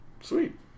Sweet